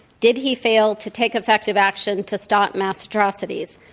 did he fail to take effective action to stop mass atrocities,